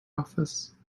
office